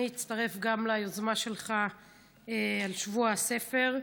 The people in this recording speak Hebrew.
גם אני אצטרף ליוזמה שלך לשבוע הספר,